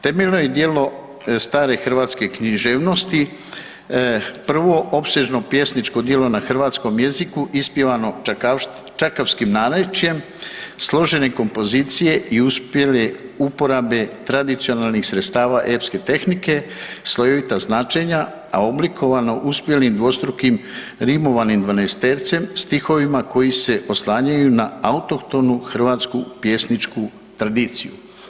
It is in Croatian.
Temeljno je djelo stare hrvatske književnosti, prvo opsežno pjesničko djelo na hrvatskom jeziku ispjevano čakavskim narječjem, složene kompozicije i uspjele uporabe tradicionalnih sredstava epske tehnike, slojevita značenja a oblikovano uspjelim dvostrukim rimovanim dvanaestercem stihovima koji se oslanjaju na autohtonu hrvatsku pjesničku tradiciju.